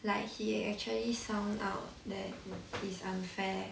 like he actually sound out that is unfair